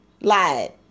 Lied